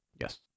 Yes